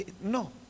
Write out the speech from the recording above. No